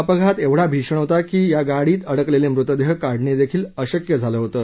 अपघात एवढा भीषण होता की गाडयात अडकलेले मृतदेह काढणे देखील अशक्य झालं होतं